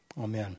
amen